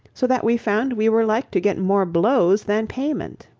so that we found we were like to get more blows than payment.